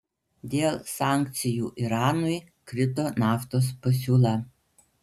dėl sankcijų iranui krito naftos pasiūla